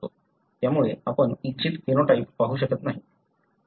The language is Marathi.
त्यामळे आपण इच्छित फेनोटाइप पाहू शकत नाही